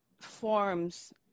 forms